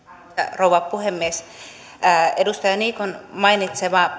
rouva puhemies mitä tulee edustaja niikon mainitsemaan